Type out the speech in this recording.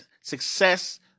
success